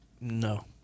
No